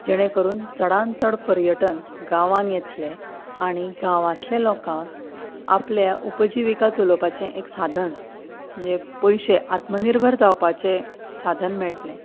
जेणें करून चडांत चड पर्यटक गांवांत येतले आनी गांवांतल्या लोकांक आपलें उपजिवीका चलोवपाचें एक साधन म्हणजें पयशे आत्मनिर्भर जावपाचें साधन मेळटलें